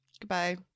Goodbye